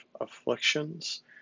afflictions